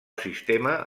sistema